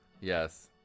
Yes